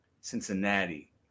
Cincinnati